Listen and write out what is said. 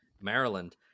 Maryland